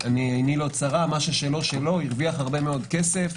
הרוויח עיני לא צרה הרבה מאוד כסף,